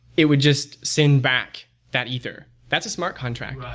it would just send back that ether. that's a smart contract.